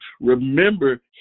Remember